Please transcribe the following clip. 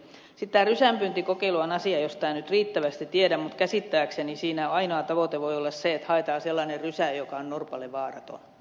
sitten tämä rysäpyyntikokeilu on asia josta en nyt riittävästi tiedä mutta käsittääkseni siinä voi olla ainoa tavoite se että haetaan sellainen rysä joka on norpalle vaaraton